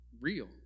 real